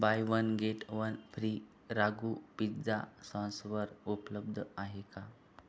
bye one get one free Ragu pizza सॉसवर उपलब्ध आहे का